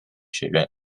学院